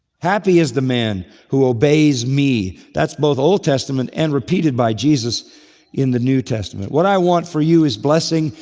happy is the man who obeys me. that's both old testament and repeated by jesus in the new testament. what i want for you is blessing.